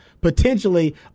potentially